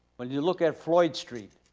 when you look at floyd street,